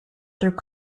through